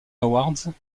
awards